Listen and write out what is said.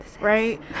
right